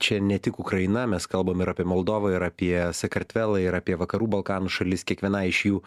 čia ne tik ukraina mes kalbam ir apie moldovą ir apie sakartvelą ir apie vakarų balkanų šalis kiekvienai iš jų